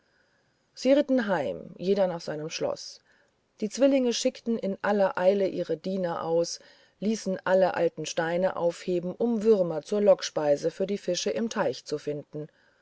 sie ritten heim jeder nach seinem schloß die zwillinge schickten in aller eile ihre diener aus ließen alle alten steine aufheben um würmer zur lockspeise für die fische im teich zu finden